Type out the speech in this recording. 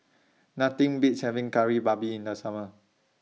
Nothing Beats having Kari Babi in The Summer